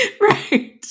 Right